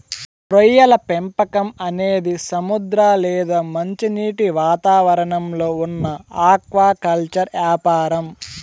రొయ్యల పెంపకం అనేది సముద్ర లేదా మంచినీటి వాతావరణంలో ఉన్న ఆక్వాకల్చర్ యాపారం